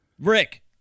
Rick